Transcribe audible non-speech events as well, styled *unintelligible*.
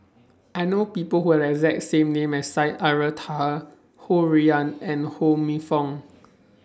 I know People Who Have The exact same name as Syed *unintelligible* Taha Ho Rui An *noise* and Ho Minfong